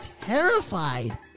terrified